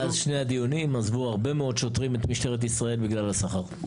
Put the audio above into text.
מאז שני הדיונים עזבו הרבה מאוד שוטרים את משטרת ישראל בגלל השכר.